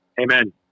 Amen